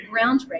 groundbreaking